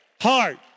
heart